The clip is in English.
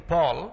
Paul